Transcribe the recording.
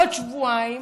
עוד שבועיים,